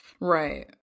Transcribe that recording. right